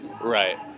Right